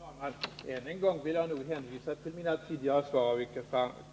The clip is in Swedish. Herr talman! Än en gång vill jag hänvisa till mina tidigare svar, av vilka